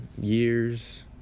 years